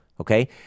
Okay